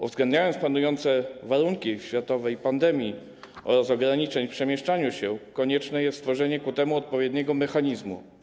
Uwzględniając panujące warunki światowej pandemii oraz ograniczenia w przemieszczaniu się, konieczne jest stworzenie ku temu odpowiedniego mechanizmu.